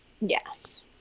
Yes